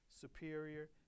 superior